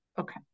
Okay